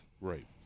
Right